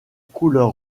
couleur